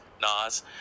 Nas